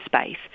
space